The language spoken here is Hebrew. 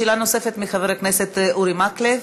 שאלה נוספת לחבר הכנסת אורי מקלב.